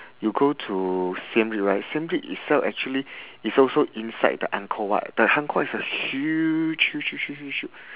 you go to siem reap right siem reap itself actually is also inside the angkor wat the angkor wat is a huge huge huge huge huge huge